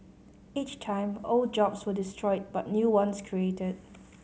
each time old jobs were destroyed but new ones created